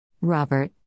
Robert